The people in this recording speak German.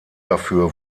dafür